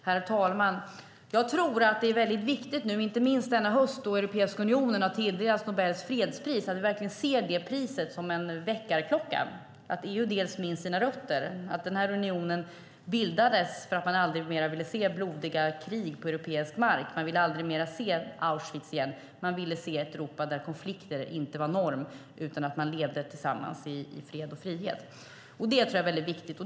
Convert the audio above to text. Herr talman! Denna höst har Europeiska unionen tilldelats Nobels fredspris. Jag tror att det är viktigt att vi verkligen ser det priset som en väckarkloka. Det handlar om att EU minns sina rötter, att den här unionen bildades för att man aldrig mer ville se blodiga krig på europeisk mark. Man ville aldrig se Auschwitz igen. Man ville se ett Europa där konflikter inte var norm, utan där man levde tillsammans i fred och frihet. Det tror jag är viktigt.